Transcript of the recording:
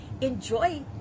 Enjoy